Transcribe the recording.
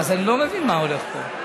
לא מבין מה הולך פה,